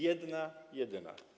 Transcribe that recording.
Jedna jedyna.